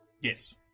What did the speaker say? Yes